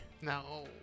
No